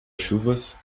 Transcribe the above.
chuvas